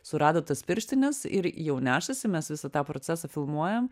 surado tas pirštines ir jau nešasi mes visą tą procesą filmuojam